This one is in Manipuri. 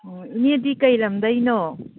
ꯑꯣ ꯏꯅꯦꯗꯤ ꯀꯔꯤ ꯂꯝꯗꯩꯅꯣ